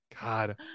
God